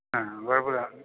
കുഴപ്പം ഇല്ല